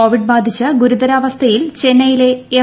Covid ബാധിച്ച് ഗുരുതരാവസ്ഥയിൽ ചെന്നൈയിലെ എം